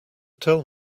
tell